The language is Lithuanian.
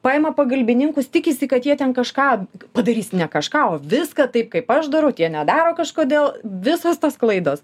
paima pagalbininkus tikisi kad jie ten kažką padarys ne kažką o viską taip kaip aš darau tie nedaro kažkodėl visos tos klaidos